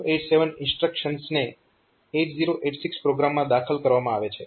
આ 8087 ઇન્સ્ટ્રક્શન્સને 8086 પ્રોગ્રામમાં દાખલ કરવામાં આવે છે